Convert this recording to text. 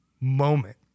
moment